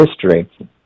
history